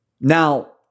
Now